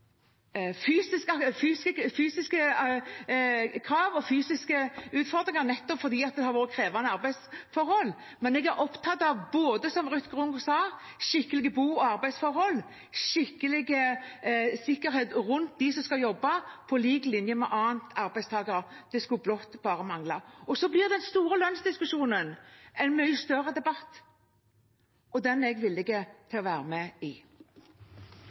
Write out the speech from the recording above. nettopp fordi det har vært krevende arbeidsforhold, men jeg er opptatt av, som Ruth Grung også sa, skikkelige bo- og arbeidsforhold og sikkerhet rundt dem som skal jobbe, på lik linje med det andre arbeidstakere har. Det skulle bare mangle. Så blir den store lønnsdiskusjonen en mye større debatt, og den er jeg villig til å være med i.